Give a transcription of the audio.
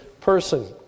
person